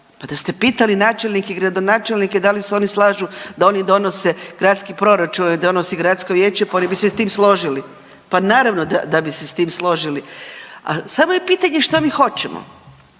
Pa da ste pitali načelnike i gradonačelnike da li se oni slažu da oni donose gradski proračun … donosi gradsko vijeće pa oni bi se s tim složili. Pa naravno da bi se s tim složili. A samo je pitanje što mi hoćemo,